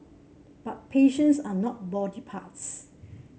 but patients are not body parts